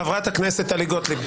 יאללה --- חברת הכנסת טלי גוטליב.